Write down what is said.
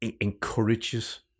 encourages